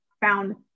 found